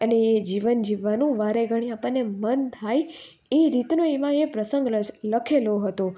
અને એ જીવન જીવવાનું વારે ઘડીએ આપણને મન થાય એ રીતનો એમાં એ પ્રસંગ લખેલો હતો